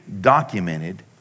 documented